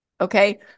okay